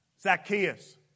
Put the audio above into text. Zacchaeus